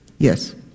Yes